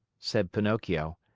said pinocchio.